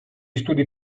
studi